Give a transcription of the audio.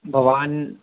भवान्